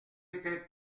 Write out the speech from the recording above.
était